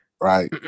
right